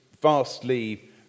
vastly